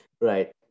right